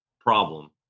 problem